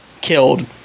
killed